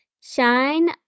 shine